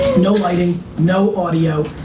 no lighting, no audio.